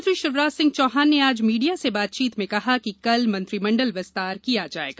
मुख्यमंत्री शिवराज सिंह चौहान ने आज मीडिया से बातचीत में कहा कि कल मंत्रिमंडल विस्तार किया जाएगा